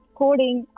coding